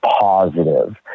positive